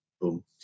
boom